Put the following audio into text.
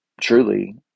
truly